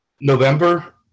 November